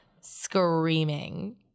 screaming